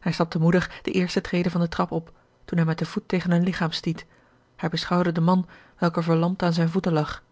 hij stapte moedig de eerste trede van den trap op toen hij met den voet tegen een ligchaam stiet hij beschouwde den man welke verlamd aan zijne voeten lag